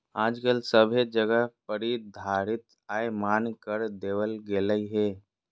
आजकल सभे जगह प्रतिधारित आय मान्य कर देवल गेलय हें